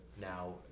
now